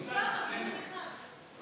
אוסאמה, הוא בדיוק נכנס.